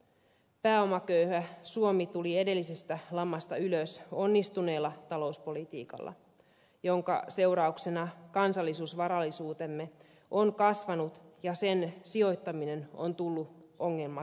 pääomaköyhä suomi tuli edellisestä lamasta ylös onnistuneella talouspolitiikalla jonka seurauksena kansallisuusvarallisuutemme on kasvanut ja sen sijoittaminen on tullut ongelmaksemme